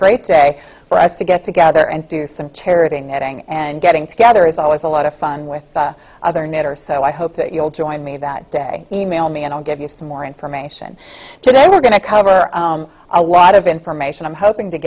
great day for us to get together and do some charity and getting together is always a lot of fun with other knitters so i hope that you'll join me that day email me and i'll give you some more information today we're going to cover a lot of information i'm hoping to